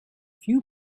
few